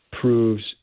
proves